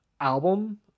album